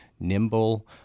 nimble